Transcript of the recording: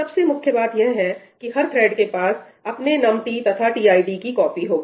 सबसे मुख्य बात यह है कि हर थ्रेड के पास अपने num t तथा tid की कॉपी होगी